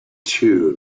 two